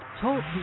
Talk